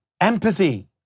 empathy